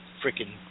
freaking